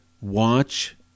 Watch